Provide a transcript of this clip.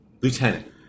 Lieutenant